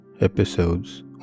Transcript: episodes